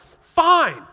Fine